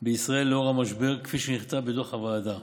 בישראל לנוכח המשבר, כפי שנכתב בדוח הוועדה.